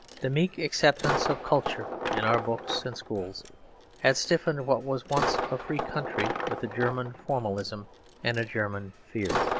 the meek acceptance of kultur in our books and schools had stiffened what was once a free country with a german formalism and a german fear.